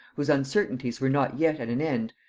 whose uncertainties were not yet at an end,